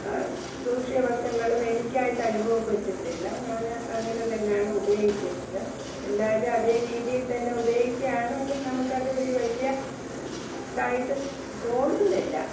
ദൂഷ്യവശങ്ങളും എനിക്കായിട്ട് അനുഭവപ്പെട്ടിട്ടില്ല ഞാന് അങ്ങനെതന്നെയാണ് ഉപയോഗിക്കുന്നത് എല്ലാവരും അതേരീതിയിൽതന്നെ ഉപയോഗിക്കുകയാണെങ്കിൽ നമുക്ക് അതൊരു വലിയ ഇതായിട്ട് തോന്നുന്നില്ല